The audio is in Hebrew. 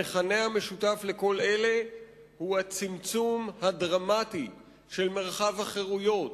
המכנה המשותף של כל אלה הוא הצמצום הדרמטי של מרחב החירויות,